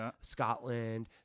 Scotland